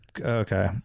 Okay